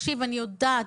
אני יודעת,